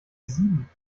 sieben